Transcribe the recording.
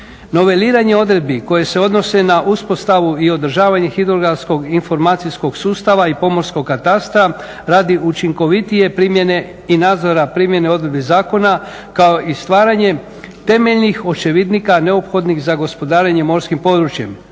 niveliranje odredbi koje se odnose na ispostavu i održavanje hidrografskog, informacijskog sustava i pomorskog katastra radi učinkovitije primjene i nadzora primjene odredbi zakona kao i stvaranje temeljnih očevidnika neophodnih za gospodarenje morskim područjem,